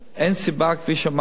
אין סיבה, כפי שאמרת.